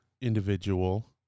individual